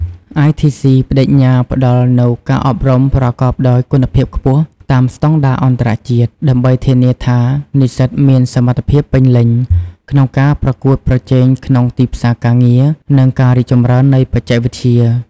ITC ប្តេជ្ញាផ្តល់នូវការអប់រំប្រកបដោយគុណភាពខ្ពស់ តាមស្តង់ដារអន្តរជាតិ ដើម្បីធានាថានិស្សិតមានសមត្ថភាពពេញលេញក្នុងការប្រកួតប្រជែងក្នុងទីផ្សារការងារ និងការរីកចម្រើននៃបច្ចេកវិទ្យា។